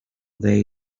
they